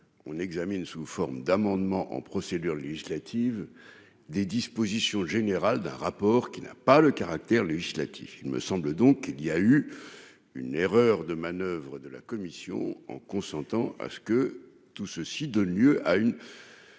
examinons sous forme d'amendements, dans le cadre d'une procédure législative, les dispositions générales d'un rapport qui n'a pas de caractère législatif. Il me semble donc qu'il y a eu une erreur de manoeuvre de la commission, laquelle a consenti à ce que tout cela donne lieu à une